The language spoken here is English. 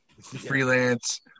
Freelance